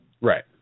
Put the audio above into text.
Right